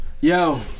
Yo